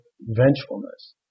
vengefulness